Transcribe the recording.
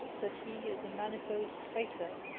that he is a manifold traitor,